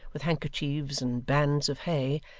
with handkerchiefs and bands of hay,